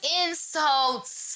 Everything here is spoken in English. insults